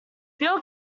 bill